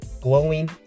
glowing